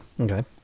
Okay